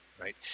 right